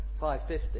550